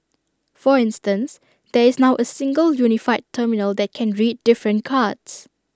for instance there is now A single unified terminal that can read different cards